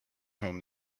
home